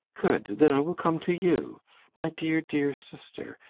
good. then i will come to you my dear, dear sister.